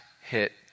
hit